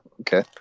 okay